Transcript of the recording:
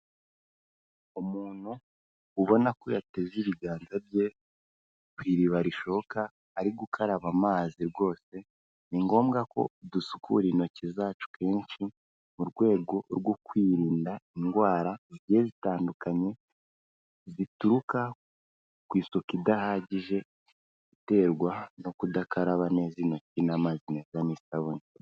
Umuntu ubona ko yateza ibiganza bye ku iriba rishoka ari gukaraba amazi rwose ni ngombwa ko dusukura intoki zacu kenshi mu rwego rwo kwirinda indwara zigiye zitandukanye zituruka ku isuku idahagije iterwa no kudakaraba neza intoki n'amazi meza n'isabune.